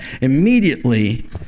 immediately